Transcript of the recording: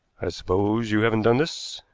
i suppose you haven't done this?